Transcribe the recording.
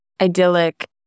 idyllic